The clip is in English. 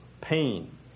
pain